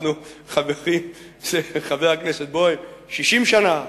חבר הכנסת בוים, אנחנו חברים 60 שנה,